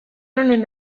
honen